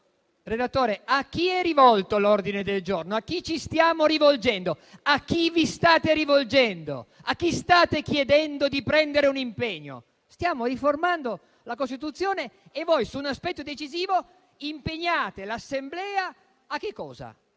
a chi è rivolto l'ordine del giorno. A chi ci stiamo rivolgendo? A chi vi state rivolgendo? A chi state chiedendo di prendere un impegno? Stiamo riformando la Costituzione e voi, su un aspetto decisivo, impegnate l'Assemblea a chiedere